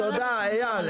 תודה, אייל.